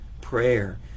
prayer